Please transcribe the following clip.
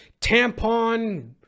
Tampon